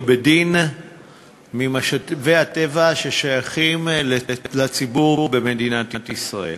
בדין ממשאבי הטבע ששייכים לציבור במדינת ישראל.